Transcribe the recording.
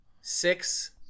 six